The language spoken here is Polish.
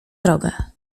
drogę